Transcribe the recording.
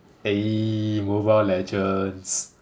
eh mobile legends